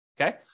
Okay